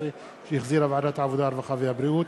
2012, שהחזירה ועדת העבודה, הרווחה והבריאות,